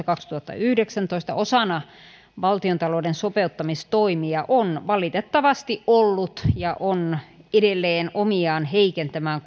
kaksituhattayhdeksäntoista osana valtiontalouden sopeuttamistoimia on valitettavasti ollut ja on edelleen omiaan heikentämään